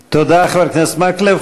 תודה, חבר הכנסת מקלב.